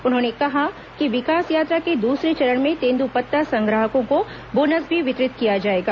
उन्होंने कहा कि विकास यात्रा के दूसरे चरण में तेंदूपत्ता संग्राहकों को बोनस भी वितरित किया जाएगा